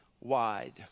wide